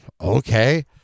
Okay